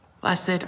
Blessed